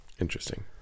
Interesting